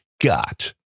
got